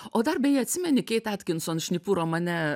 o dar beje atsimeni keit atkinson šnipų romane